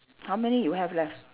how many you have left